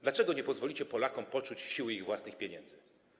Dlaczego nie pozwolicie Polakom poczuć siły ich własnych pieniędzy?